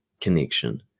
connection